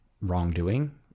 wrongdoing